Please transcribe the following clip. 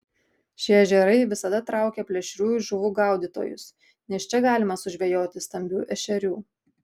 šie ežerai visada traukia plėšriųjų žuvų gaudytojus nes čia galima sužvejoti stambių ešerių